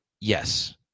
Yes